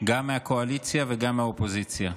גם מהקואליציה וגם מהאופוזיציה.